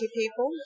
people